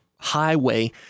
highway